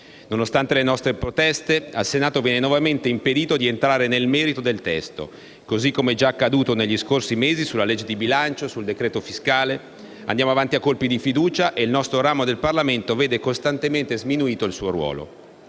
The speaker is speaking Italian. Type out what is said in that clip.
Nonostante le nostre proteste, al Senato viene nuovamente impedito di entrare nel merito del testo, così come già accaduto negli scorsi mesi sulla legge di bilancio e sul cosiddetto decreto fiscale. Andiamo avanti a colpi di fiducia e il nostro ramo del Parlamento vede costantemente sminuito il proprio ruolo.